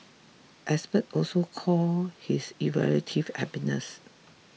experts also call his evaluative happiness